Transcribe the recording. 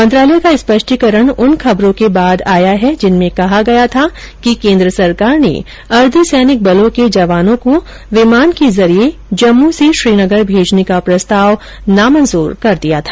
मंत्रालय का स्पष्टीकरण उन खबरों के बाद आया है जिनमें कहा गया था कि केंद्र सरकार ने अर्धसैनिक बलों के जवानों को विमान के जरिये जम्मू से श्रीनगर भेजने का प्रस्ताव नामंजूर कर दिया था